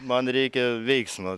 man reikia veiksmo